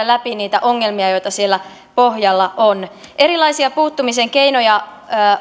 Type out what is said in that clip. läpi niitä ongelmia joita siellä pohjalla on erilaisia puuttumisen keinoja